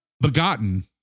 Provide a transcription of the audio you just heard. Begotten